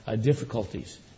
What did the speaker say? difficulties